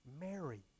Mary